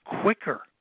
quicker